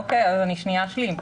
אוקיי, אז אני שנייה אשלים.